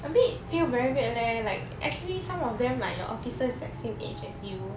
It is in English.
ya a bit feel very weird leh like actually some of them like the officers like same age as you